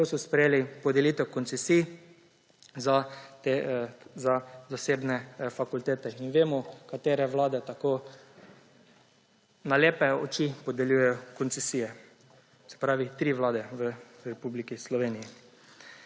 ko so sprejeli podelitev koncesij za zasebne fakultete. Vemo, katere vlade tako na lepe oči podeljujejo koncesije, se pravi tri vlade v Republiki Sloveniji.